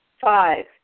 Five